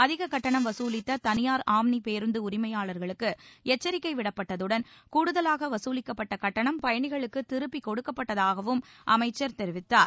அதிக கட்டணம் வசூலித்த தனியார் ஆம்னி பேருந்து உரிமையாளர்களுக்கு எச்சரிக்கை விடப்பட்டதுடன் கூடுதலாக வசூலிக்கப்பட்ட கட்டணம் பயணிகளுக்கு திருப்பி கொடுக்கப்பட்டதாகவும் அமைச்சர் தெரிவித்தார்